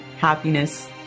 happiness